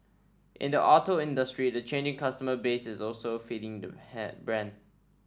in the auto industry the changing customer base is also feeding the hand brand